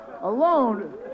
alone